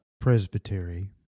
presbytery